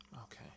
Okay